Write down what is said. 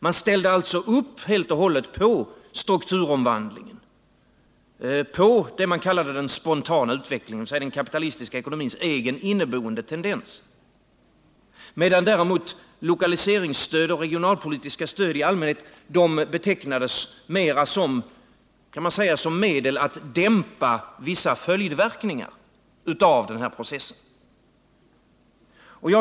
Man ställde alltså helt och hållet upp på strukturomvandlingen, på det man kallade den spontana utvecklingen, dvs. den kapitalistiska ekonomins egen inneboende tendens, medan däremot lokaliseringsstöd och regionalpolitiskt stöd i allmänhet mer betecknades som ett medel att dämpa vissa följdverkningar av den här processen.